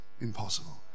impossible